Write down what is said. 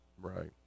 Right